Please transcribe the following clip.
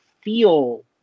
feel